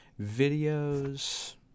videos